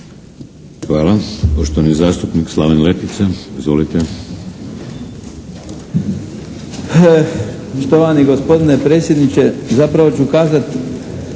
Hvala. Poštovani zastupnik Slaven Letica. Izvolite.